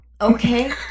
Okay